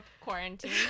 quarantine